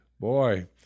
boy